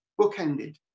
bookended